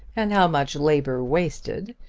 and how much labour wasted,